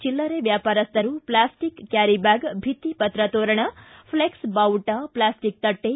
ಚಿಲ್ಲರೆ ವ್ಯಾಪಾರಸ್ಥರು plastic carry bag ಭಿತ್ತಿಪತ್ರ ತೋರಣ ಫ್ಲೆಕ್ಸ್ ಬಾವುಟ ಪ್ಲಾಸ್ಟಿಕ್ ತಟ್ಟೆ